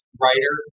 writer